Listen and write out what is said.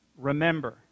Remember